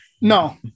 No